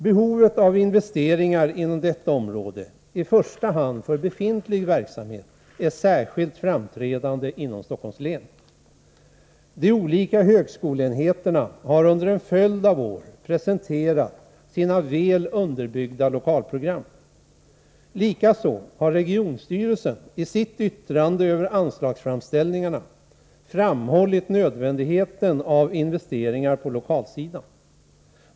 Behovet av investeringar inom detta område — i första hand för befintlig verksamhet — är särskilt framträdande inom Stockholms län. De olika högskoleenheterna har under en följd av år presenterat sina väl underbyggda lokalprogram. Likaså har regionstyrelsen i sitt yttrande över anslagsframställningarna framhållit nödvändigheten av investeringar på lokalsidan.